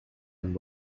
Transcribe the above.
and